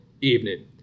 evening